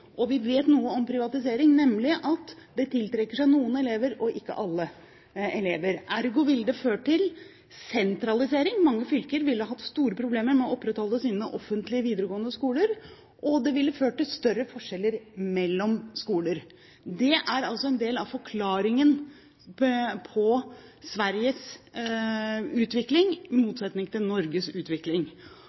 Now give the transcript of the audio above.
og vi vet noe om privatisering, nemlig at det tiltrekker seg noen elever og ikke alle elever. Ergo ville det ført til sentralisering. Mange fylker ville hatt store problemer med å opprettholde sine offentlige videregående skoler, og det ville ført til større forskjeller mellom skoler. Det er en del av forklaringen på Sveriges utvikling, i motsetning til Norges utvikling.